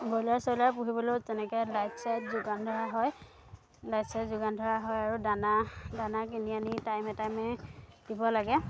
broiler চয়লাৰ পুহিবলৈও তেনেকৈ লাইট চাইট যোগান ধৰা হয় লাইট চাইট যোগান ধৰা হয় আৰু দানা দানা কিনি আনি টাইমে টাইমে দিব লাগে